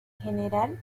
general